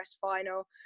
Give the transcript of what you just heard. final